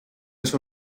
les